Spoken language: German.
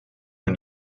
den